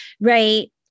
right